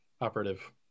Operative